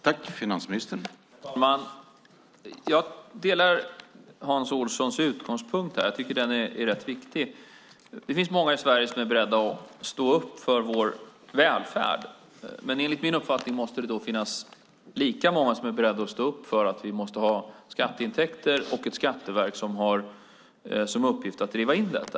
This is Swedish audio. Herr talman! Jag delar Hans Olssons utgångspunkt. Jag tycker att den är rätt viktig. Det finns många i Sverige som är beredda att stå upp för vår välfärd, men enligt min uppfattning måste det finnas lika många som är beredda att stå upp för att vi måste ha skatteintäkter och ett skatteverk som har till uppgift att driva in dem.